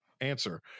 answer